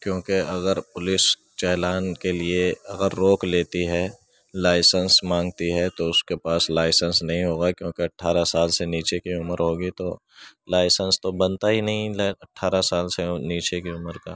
کیوںکہ اگر پولس چالان کے لیے اگر روک لیتی ہے لائسنس مانگتی ہے تو اس کے پاس لائسنس نہیں ہوگا کیوںکہ اٹھارہ سال سے نیچے کی عمر ہوگی تو لائسنس تو بنتا ہی نہیں اٹھارہ سال سے نیچے کی عمر کا